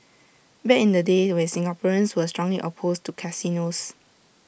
back in the day with Singaporeans were strongly opposed to casinos